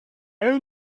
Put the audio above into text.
elle